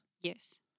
Yes